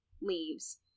leaves